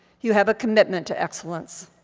you have a commitment to excellence,